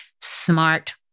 smart